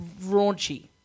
Raunchy